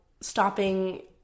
stopping